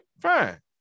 Fine